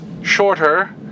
Shorter